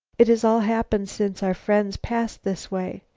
it has all happened since our friends passed this way.